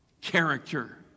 Character